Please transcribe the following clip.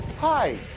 Hi